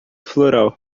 floral